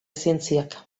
zientziak